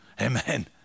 Amen